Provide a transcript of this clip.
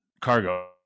cargo